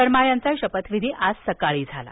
शर्मा यांचा शपथविधी आज सकाळी झाला